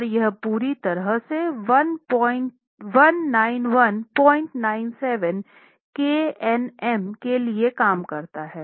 और यह पूरी तरह से 19197 kNm के लिए काम करता है